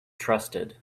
trusted